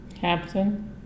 Captain